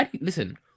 listen